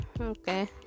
okay